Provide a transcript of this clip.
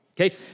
okay